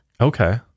Okay